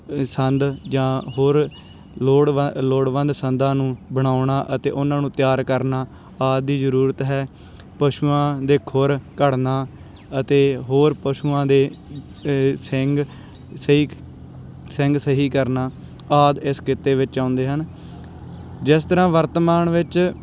ਸੰਦ ਜਾਂ ਹੋਰ ਲੋੜਵੰ ਲੋੜਵੰਦ ਸੰਦਾਂ ਨੂੰ ਬਣਾਉਣਾ ਅਤੇ ਉਹਨਾਂ ਨੂੰ ਤਿਆਰ ਕਰਨਾ ਆਦਿ ਦੀ ਜ਼ਰੂਰਤ ਹੈ ਪਸ਼ੂਆਂ ਦੇ ਖੁਰ ਘੜਨਾ ਅਤੇ ਹੋਰ ਪਸ਼ੂਆਂ ਦੇ ਸਿੰਗ ਸਹੀ ਸਿੰਗ ਸਹੀ ਕਰਨਾ ਆਦਿ ਇਸ ਕਿੱਤੇ ਵਿੱਚ ਆਉਂਦੇ ਹਨ ਜਿਸ ਤਰ੍ਹਾਂ ਵਰਤਮਾਨ ਵਿੱਚ